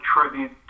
tribute